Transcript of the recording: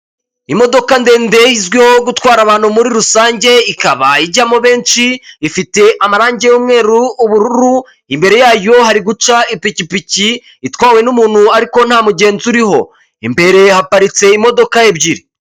Imodoka ndende izwiho gutwara abantu muri rusange, ikaba ijyamo benshi, ifite amarange y'umweru, ubururu, imbere yayo hari guca ipikipiki itwawe n'umuntu, ariko nta mugenzi uriho. Imbere haparitse imodoka ebyiri.